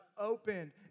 opened